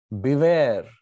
Beware